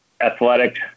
athletic